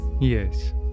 Yes